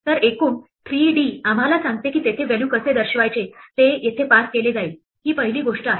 तर एकूण 3 d आम्हाला सांगते की तेथे व्हॅल्यू कसे दर्शवायचे ते येथे पास केले जाईल ही पहिली गोष्ट आहे